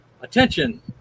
Attention